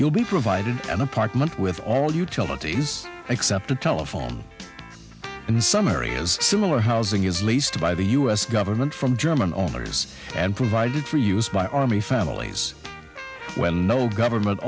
you'll be provided an apartment with all utilities except a telephone in some areas similar housing is lay by the u s government from german owners and provided for use by army families when no government